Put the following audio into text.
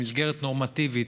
במסגרת נורמטיבית,